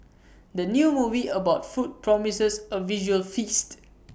the new movie about food promises A visual feast